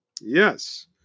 Yes